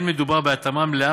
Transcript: אין מדובר בהתאמה מלאה,